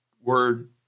word